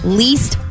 least